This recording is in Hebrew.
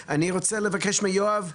והיכולת שלי לשלם שכר דירה,